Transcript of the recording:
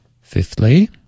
Fifthly